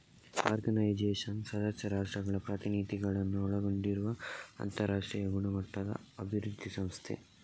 organisation ಸದಸ್ಯ ರಾಷ್ಟ್ರಗಳ ಪ್ರತಿನಿಧಿಗಳನ್ನ ಒಳಗೊಂಡಿರುವ ಅಂತರಾಷ್ಟ್ರೀಯ ಗುಣಮಟ್ಟದ ಅಭಿವೃದ್ಧಿ ಸಂಸ್ಥೆ